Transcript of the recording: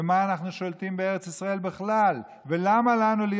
במה אנחנו שולטים בארץ ישראל בכלל ולמה לנו להיות